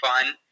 fun